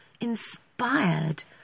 inspired